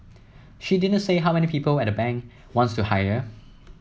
she didn't say how many people and the bank wants to hire